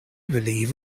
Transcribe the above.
believe